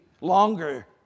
longer